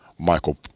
Michael